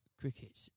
cricket